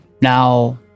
now